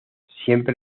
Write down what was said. siempre